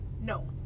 No